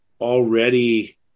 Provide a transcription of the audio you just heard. already